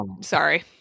sorry